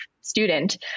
student